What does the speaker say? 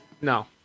No